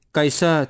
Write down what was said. Kaisa